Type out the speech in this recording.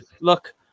look